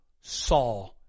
saw